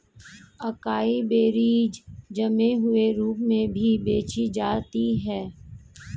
acai berries जमे हुए रूप में भी बेची जाती हैं